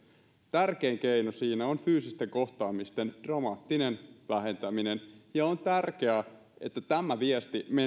tärkein keino siinä on fyysisten kohtaamisten dramaattinen vähentäminen ja on tärkeää että tämä viesti menee